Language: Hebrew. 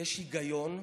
יש היגיון,